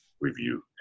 review